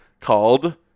called